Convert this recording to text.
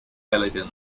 elegant